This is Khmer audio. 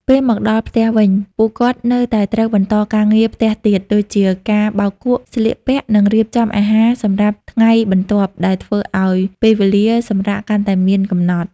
ពេលមកដល់ផ្ទះវិញ ពួកគាត់នៅតែត្រូវបន្តការងារផ្ទះទៀត ដូចជាការបោកគក់ ស្លៀកពាក់ និងរៀបចំអាហារសម្រាប់ថ្ងៃបន្ទាប់ ដែលធ្វើឱ្យពេលវេលាសម្រាកកាន់តែមានកំណត់។